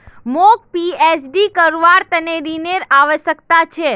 मौक पीएचडी करवार त न ऋनेर आवश्यकता छ